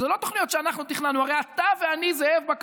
וזו לא תוכנית שאנחנו תכננו.